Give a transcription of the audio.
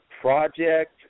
project